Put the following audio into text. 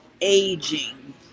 aging